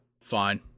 fine